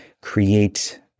create